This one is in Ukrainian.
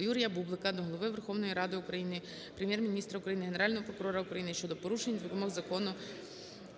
Юрія Бублика до Голови Верховної Ради України, Прем'єр-міністра України, Генерального прокурора України щодо порушень вимог Закону